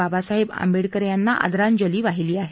बाबासाहेब आंबेडकर यांना आदरांजली वाहिली आहे